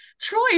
Troy